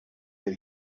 that